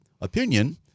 opinion